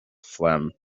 phlegm